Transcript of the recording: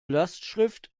lastschrift